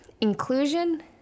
inclusion